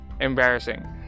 embarrassing